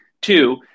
Two